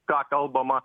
ką kalbama